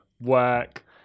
work